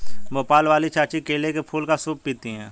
भोपाल वाली चाची केले के फूल का सूप पीती हैं